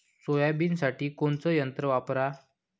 सोयाबीनसाठी कोनचं यंत्र वापरा?